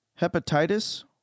Hepatitis